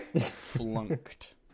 Flunked